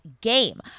game